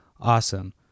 awesome